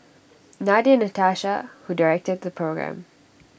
Nadia Natasha who directed the programme